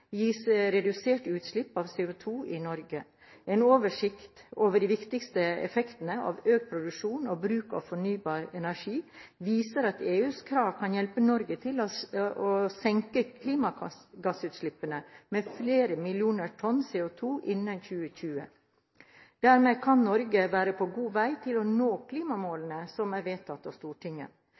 utslipp av CO2-utslipp i Norge. En oversikt over de viktigste effektene av økt produksjon og bruk av fornybar energi viser at EUs krav kan hjelpe Norge til å senke klimagassutslippene med flere millioner tonn CO2 innen 2020. Dermed kan Norge være på god vei til å nå klimamålene som er vedtatt av Stortinget.